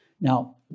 Now